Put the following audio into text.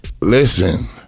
Listen